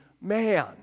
man